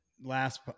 last